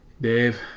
Dave